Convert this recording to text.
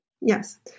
Yes